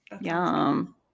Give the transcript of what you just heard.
Yum